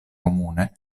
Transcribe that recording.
comune